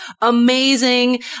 amazing